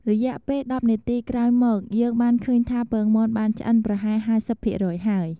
រយៈពេល១០នាទីក្រោយមក យើងបានឃើញថាពងមាន់បានឆ្អិនប្រហែល៥០ភាគរយហើយ។